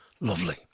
lovely